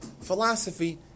philosophy